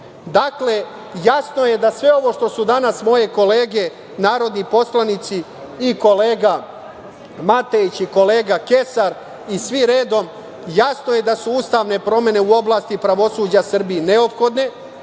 govore. Dakle, jasno je da sve ono što su danas moje kolege narodni poslanici, i kolega Matejić i kolega Kesar i svi redom, jasno je da su ustavne promene u oblasti pravosuđa Srbiji neophodne.